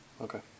okay